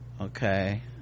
okay